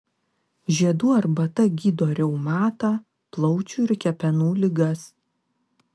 žiedų arbata gydo reumatą plaučių ir kepenų ligas